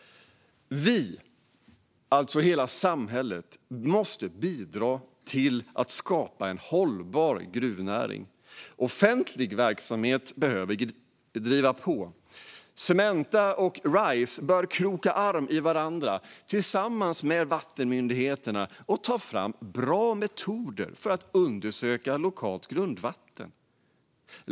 Vi, hela samhället, måste bidra till att skapa en hållbar gruvnäring. Offentlig verksamhet behöver driva på. Cementa och Rise bör kroka arm med varandra tillsammans med vattenmyndigheterna och ta fram bra metoder för att undersöka lokalt grundvatten.